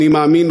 אני מאמין,